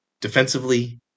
defensively